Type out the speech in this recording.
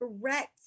Correct